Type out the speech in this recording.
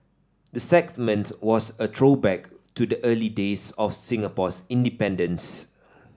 the segment was a throwback to the early days of Singapore's independence